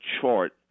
chart